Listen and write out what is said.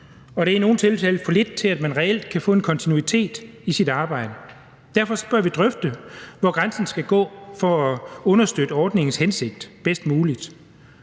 og det er i nogle tilfælde for lidt til, at man reelt kan få en kontinuitet i sit arbejde. Derfor bør vi drøfte, hvor grænsen skal gå for at understøtte ordningens hensigt bedst muligt.